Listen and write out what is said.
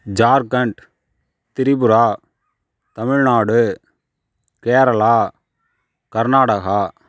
Jharkhand Tripura Tamil Nadu Kerala Karnataka